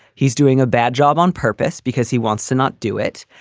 he's doing a bad job on purpose because he wants to not do it.